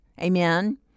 Amen